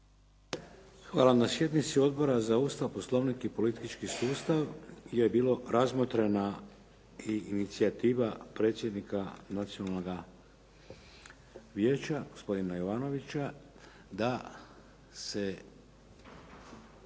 Hvala. Na sjednici Odbora za Ustav, Poslovnik i politički sustav je bila razmotrena i inicijativa predsjednika Nacionalnoga vijeća, gospodina Jovanovića da se